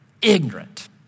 Ignorant